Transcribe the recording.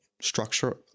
Structure